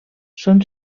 són